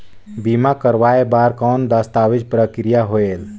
बीमा करवाय बार कौन दस्तावेज प्रक्रिया होएल?